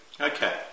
Okay